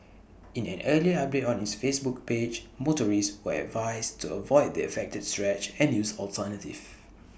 in an earlier update on its Facebook page motorists were advised to avoid the affected stretch and use alternatives